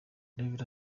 rev